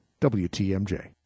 WTMJ